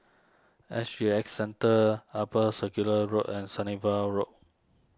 S G X Centre Upper Circular Road and Sunnyville Rome